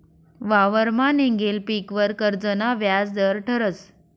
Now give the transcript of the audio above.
वावरमा निंघेल पीकवर कर्जना व्याज दर ठरस